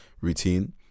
routine